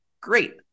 great